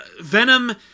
Venom